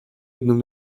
jedną